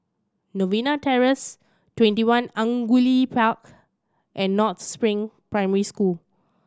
Novena Terrace TwentyOne Angullia Park and North Spring Primary School